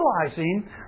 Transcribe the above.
realizing